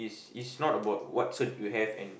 is not about what cert you have and